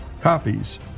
copies